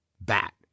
Bat